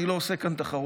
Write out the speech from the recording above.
אני לא עושה כאן תחרות.